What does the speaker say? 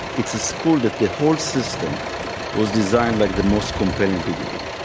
it's a school that the whole system was designed like the most compelling video game.